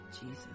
Jesus